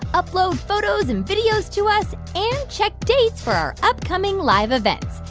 upload photos and videos to us and check dates for our upcoming live events.